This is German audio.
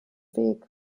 weg